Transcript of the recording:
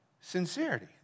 sincerity